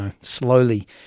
slowly